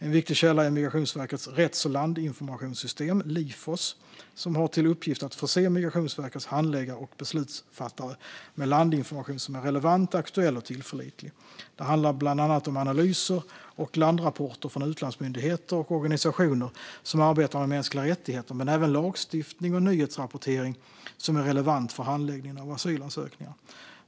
En viktig källa är Migrationsverkets rätts och landinformationssystem, Lifos, som har till uppgift att förse Migrationsverkets handläggare och beslutsfattare med landinformation som är relevant, aktuell och tillförlitlig. Det handlar bland annat om analyser och landrapporter från utlandsmyndigheter och organisationer som arbetar med mänskliga rättigheter men även om lagstiftning och nyhetsrapportering som är relevant för handläggningen av asylansökningar.